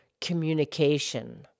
communication